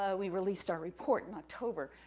ah we released our report in october.